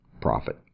Profit